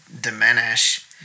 diminish